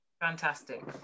Fantastic